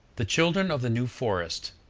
the children of the new forest.